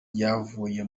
ryavuye